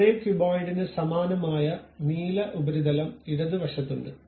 ഒരേ ക്യൂബോയിഡിന് സമാനമായ നീല ഉപരിതലം ഇടത് വശത്തുണ്ട്